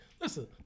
Listen